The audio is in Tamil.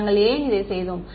நாங்கள் இதை ஏன் செய்தோம்